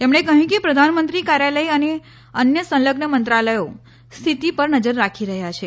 તેમણે કહ્યું કે પ્રધાનમંત્રી કાર્યાલય અને અન્ય સંલઝ્ન મંત્રાલયો સ્થિતિ પર નજર રાખી રહ્યાં છે